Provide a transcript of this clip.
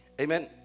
Amen